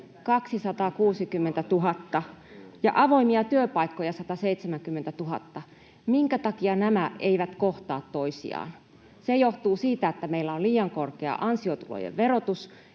260 000 ja avoimia työpaikkoja 170 000. Minkä takia nämä eivät kohtaa toisiaan? Se johtuu siitä, että meillä on liian korkea ansiotulojen verotus